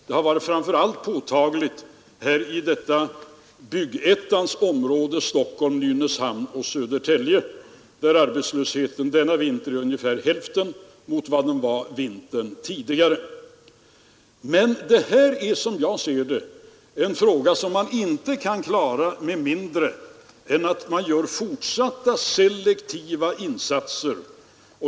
Framför allt har detta varit påtagligt i Byggettans område, Stockholm-—-Nynäshamn—Södertälje, där arbetslösheten denna vinter varit ungefär hälften så stor som föregående vinter. Men detta är, som jag ser det, en fråga, som man inte kan klara med mindre än man gör fortsatta selektiva insatser.